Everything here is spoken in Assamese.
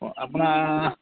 অ' আপোনাৰ